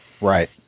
right